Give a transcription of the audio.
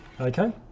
Okay